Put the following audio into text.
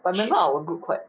but remember our group quite